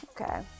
Okay